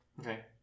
Okay